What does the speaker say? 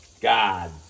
God